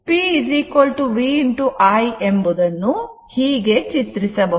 P V into I ಎಂಬುದನ್ನು ಹೀಗೆ ಚಿತ್ರಿಸಬಹುದು